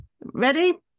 Ready